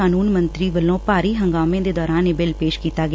ਕਾਨੁੰਨ ਮੰਤਰੀ ਵੱਲੋਂ ਭਾਰੀ ਹੰਗਾਮੇ ਦੇ ਦੌਰਾਨ ਇਹ ਬਿੱਲ ਪੇਸ਼ ਕੀਤਾ ਗਿਆ